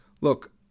Look